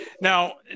now